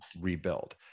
rebuild